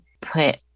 put